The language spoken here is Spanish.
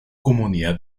comunidad